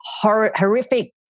horrific